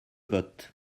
votes